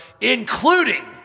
including